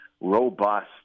robust